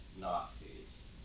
Nazis